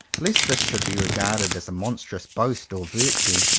lest this should be regarded as a monstrous boast of virtue,